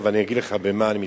ואני אגיד לך למה אני מתכוון.